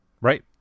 Right